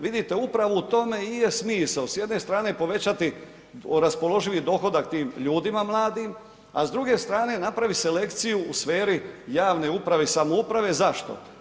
Vidite, upravo u tome i je smisao, s jedne strane povećati raspoloživi dohodak tim ljudima mladim, a s druge strane, napraviti selekciju u sferi javne uprave i samouprave, zašto?